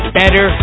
better